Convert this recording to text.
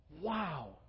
wow